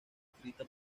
escrita